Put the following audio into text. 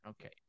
Okay